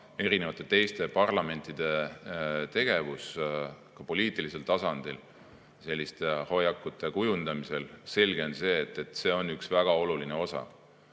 milline on teiste parlamentide tegevus, ka poliitilisel tasandil, selliste hoiakute kujundamisel. Selge on see, et sport on väga oluline osa,